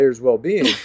well-being